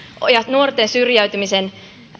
ja nuorten syrjäytymisen